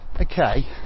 okay